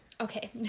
okay